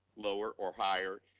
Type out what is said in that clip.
lower or higher,